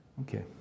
okay